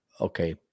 Okay